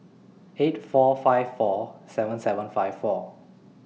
eight four five four seven seven five four